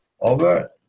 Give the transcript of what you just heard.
over